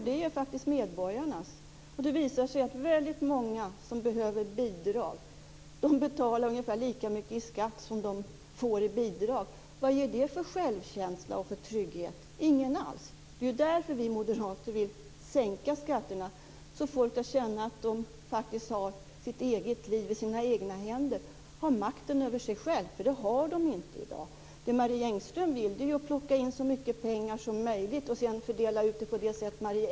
Det kan vara en viss hjälp för dem som jobbar med skatter att man har de andra idéerna med sig också. Fru talman!